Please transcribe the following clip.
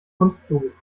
kunstfluges